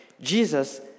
Jesus